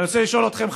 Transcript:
אני רוצה לשאול אתכם,